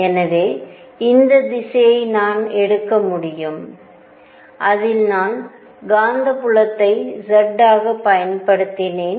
எனவே இந்த திசையை நான் எடுக்க முடியும் அதில் நான் காந்தப்புலத்தை z ஆக பயன்படுத்தினேன்